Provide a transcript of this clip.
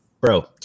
bro